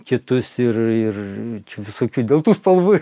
kitus ir ir visokių dėl tų spalvų